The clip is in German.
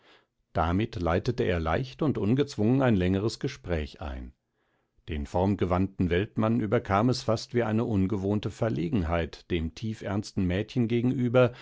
damit leitete er leicht und ungezwungen ein längeres gespräch ein den formgewandten weltmann überkam es fast wie eine ungewohnte verlegenheit dem tiefernsten mädchen gegenüber